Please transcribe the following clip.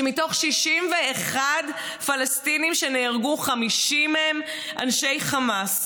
שמתוך 61 פלסטינים שנהרגו 50 הם אנשי חמאס,